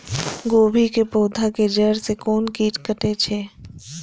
गोभी के पोधा के जड़ से कोन कीट कटे छे?